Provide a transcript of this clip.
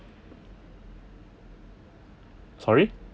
sorry